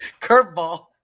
Curveball